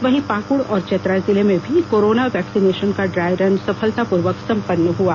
वहीं पाकुड़ और चतरा जिले में भी कोरोना वेक्सिनेशन का ड्राय रन सफलतापूर्वक संम्पन हुआ